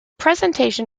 presentation